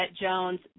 Jones